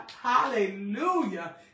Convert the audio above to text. Hallelujah